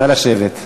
נא לשבת.